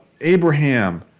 Abraham